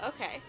okay